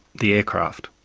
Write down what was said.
the aircraft.